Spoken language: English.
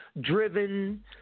driven